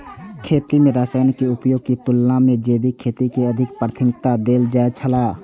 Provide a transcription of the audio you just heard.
खेती में रसायनों के उपयोग के तुलना में जैविक खेती के अधिक प्राथमिकता देल जाय छला